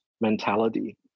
mentality